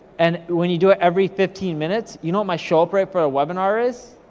and when you do it every fifteen minutes, you know what my show-up rate for a webinar is?